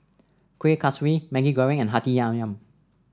Kueh Kaswi Maggi Goreng and Hati